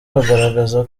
bagaragaza